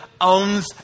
owns